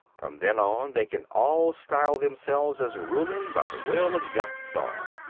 from then on, they can all style themselves as ruling by the will of yat-zar.